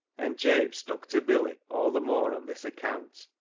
and jabe stuck to billy all the more on this account,